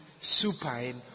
supine